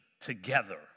together